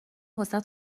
واست